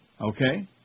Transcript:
Okay